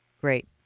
great